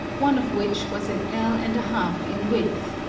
one of which was an ell and a half in width,